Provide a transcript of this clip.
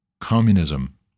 communism